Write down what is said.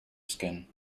skin